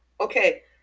Okay